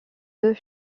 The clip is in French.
deux